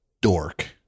dork